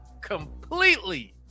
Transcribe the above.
completely